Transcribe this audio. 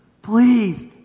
Please